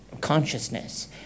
consciousness